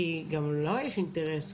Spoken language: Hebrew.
כי גם לו יש אינטרס.